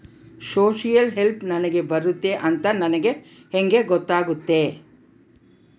Social help ನನಗೆ ಬರುತ್ತೆ ಅಂತ ನನಗೆ ಹೆಂಗ ಗೊತ್ತಾಗುತ್ತೆ?